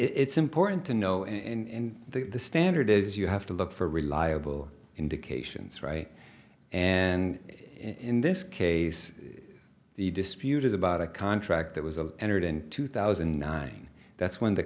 it's important to know and the standard is you have to look for reliable indications right and in this case the dispute is about a contract that was a entered in two thousand and nine that's when the